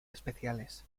especiales